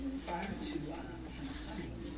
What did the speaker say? prior to him coming,